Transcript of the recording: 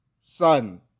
son